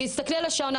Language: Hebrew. --- תסתכלי על השעון.